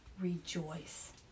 rejoice